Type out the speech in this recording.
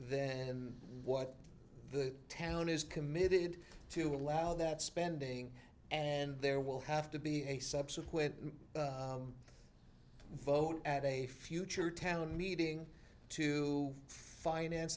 then what the town is committed to allow that spending and there will have to be a subsequent vote at a future talent meeting to finance